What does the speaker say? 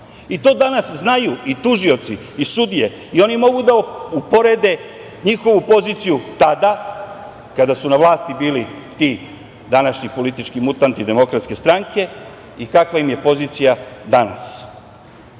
To danas znaju i tužioci i sudije i oni mogu da uporede njihovu poziciju tada, kada su na vlasti bili ti današnji politički mutanti DS i kakva im je pozicija danas. Gde